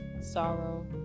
Sorrow